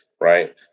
right